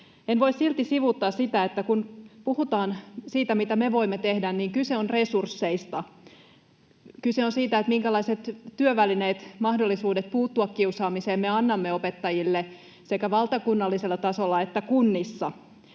En voi silti sivuuttaa sitä, että kun puhutaan siitä, mitä me voimme tehdä, niin kyse on resursseista. Kyse on siitä, minkälaiset työvälineet, mahdollisuudet puuttua kiusaamiseen, me annamme opettajille sekä valtakunnallisella tasolla että kunnissa.